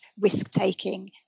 risk-taking